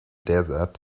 desert